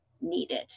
needed